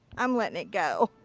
um letting it go.